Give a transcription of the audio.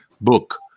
book